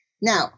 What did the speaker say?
Now